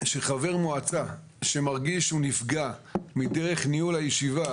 חבר מועצה שמרגיש שהוא נפגע מדרך ניהול הישיבה